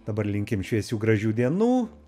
dabar linkim šviesių gražių dienų